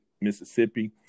mississippi